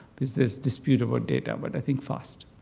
because there's dispute over data. but i think fast.